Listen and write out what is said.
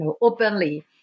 openly